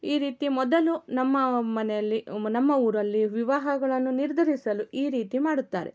ಈ ರೀತಿ ಮೊದಲು ನಮ್ಮ ಮನೆಯಲ್ಲಿ ನಮ್ಮ ಊರಲ್ಲಿ ವಿವಾಹಗಳನ್ನು ನಿರ್ಧರಿಸಲು ಈ ರೀತಿ ಮಾಡುತ್ತಾರೆ